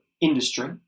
industry